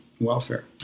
welfare